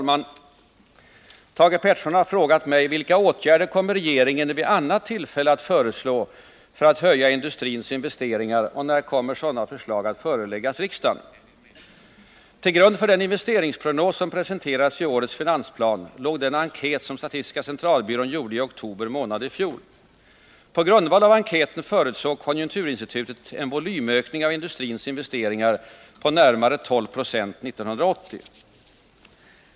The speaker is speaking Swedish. Fru talman! Thage Peterson har frågat mig: ”Vilka åtgärder kommer regeringen vid annat tillfälle att föreslå för att höja industrins investeringar, och när kommer sådana förslag att föreläggas riksdagen?” Till grund för den investeringsprognos som presenterats i årets finansplan låg den enkät som statistiska centralbyrån gjorde i oktober månad i fjol. På grundval av enkäten förutsåg konjunkturinstitutet en volymökning av industrins investeringar på närmare 12 90 1980.